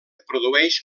produeix